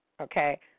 okay